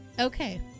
okay